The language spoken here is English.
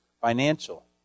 financial